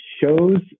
Shows